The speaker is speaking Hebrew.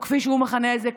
או כפי שהוא מכנה את זה,